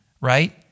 right